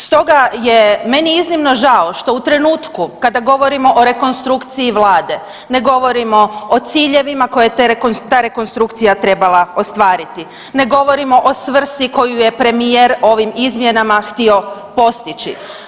Stoga je meni iznimno žao što u trenutku kada govorimo o rekonstrukciji Vlade ne govorimo o ciljevima koje je ta rekonstrukcija trebala ostvariti, ne govorimo o svrsi koju je premijer ovim izmjenama htio postići.